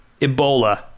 Ebola